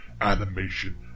animation